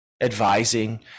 advising